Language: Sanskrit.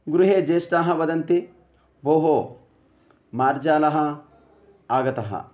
गृहे ज्येष्ठाः वदन्ति भोः मार्जालः आगतः